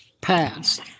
passed